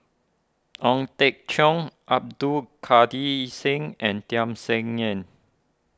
Ong Teng Cheong Abdul Kadir Syed and Tham Sien Yen